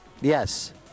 Yes